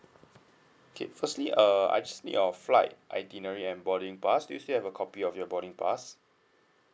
okay firstly err I just need your flight itinerary and boarding pass do you still have a copy of your boarding pass